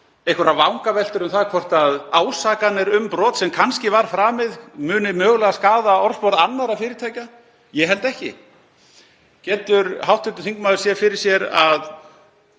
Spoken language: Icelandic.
einhverjar vangaveltur um það hvort ásakanir um brot sem kannski var framið muni mögulega skaða orðspor annarra fyrirtækja. Ég held ekki. Getur hv. þingmaður séð fyrir sér að